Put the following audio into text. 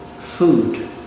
Food